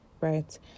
right